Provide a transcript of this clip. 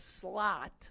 slot